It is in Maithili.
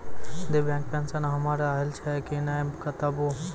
दिव्यांग पेंशन हमर आयल छै कि नैय बताबू?